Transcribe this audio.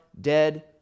dead